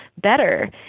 better